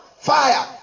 Fire